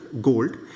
gold